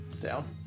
Down